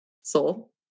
soul